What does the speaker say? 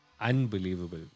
Unbelievable